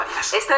Estoy